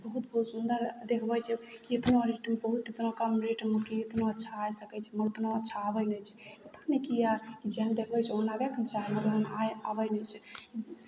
बहुत बहुत सुन्दर देखबै छै कितनो रेटमे बहुत कम रेटमे कि इतना अच्छा आय सकै छै मगर ओतना अच्छा आबै नहि छै पता ने किया जेहन देखबै छै ओहन आबयके ने चाही मगर ओहन आइ आबै नहि छै